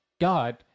God